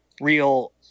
real